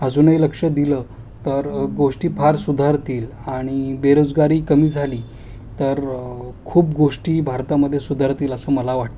अजूनही लक्ष दिलं तर गोष्टी फार सुधारतील आणि बेरोजगारी कमी झाली तर खूप गोष्टी भारतामध्ये सुधारतील असं मला वाटतं